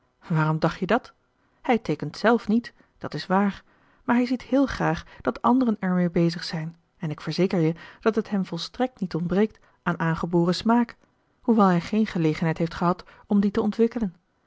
waarom dacht je dat hij teekent zelf niet dat is waar maar hij ziet heel graag dat anderen ermee bezig zijn en ik verzeker je dat het hem volstrekt niet ontbreekt aan aangeboren smaak hoewel hij geen gelegenheid heeft gehad om dien te ontwikkelen